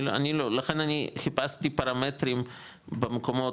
לכן אני חיפשתי פרמטרים במקומות,